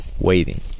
waiting